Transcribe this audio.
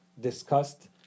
Discussed